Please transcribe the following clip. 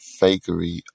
fakery